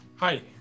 Hi